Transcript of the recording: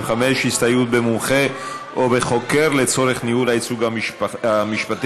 25) (הסתייעות במומחה או בחוקר לצורך ניהול הייצוג המשפטי).